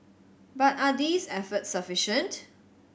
but are these efforts sufficient